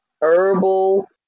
herbal